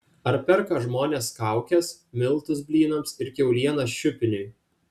ar perka žmonės kaukes miltus blynams ir kiaulieną šiupiniui